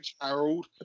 Harold